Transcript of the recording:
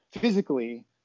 physically